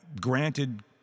granted